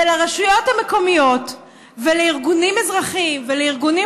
ולרשויות המקומיות ולארגונים אזרחיים ולארגונים